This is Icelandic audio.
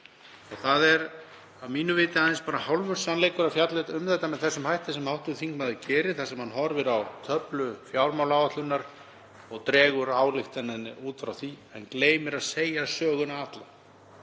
Það er að mínu viti aðeins hálfur sannleikur að fjalla um þetta með þeim hætti sem hv. þingmaður gerir, þar sem hann horfir á töflu fjármálaáætlunar og dregur ályktanir út frá því en gleymir að segja söguna alla.